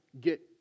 get